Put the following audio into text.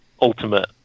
ultimate